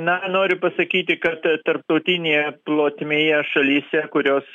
na noriu pasakyti kad tarptautinėje plotmėje šalyse kurios